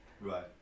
Right